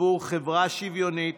עבור חברה שוויונית,